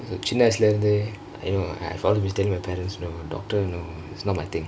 சின்ன வயசுல இருந்த:chinna vayasula iruntha I've been tellingk my parents you know doctor is not my thingk